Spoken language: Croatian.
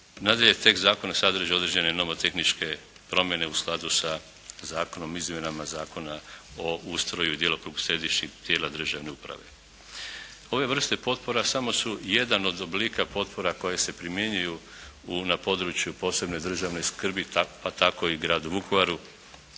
Nadalje tek zakon sadrži određene nomotehničke promjene u skladu sa Zakonom o izmjenama zakona o ustroju i djelokrugu središnjih tijela državne uprave. Ove vrste potpora samo su jedan od oblika potpora koje se primjenjuju u, na području od posebne državne skrbi pa tako i gradu Vukovaru,